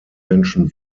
menschen